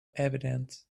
evident